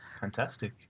Fantastic